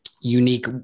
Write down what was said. unique